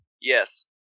Yes